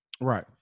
right